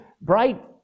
bright